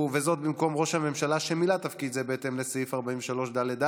וזאת במקום ראש הממשלה שמילא תפקיד זה בהתאם לסעיף 43ד(ד)